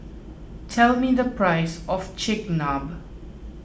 tell me the price of Chigenabe